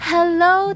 Hello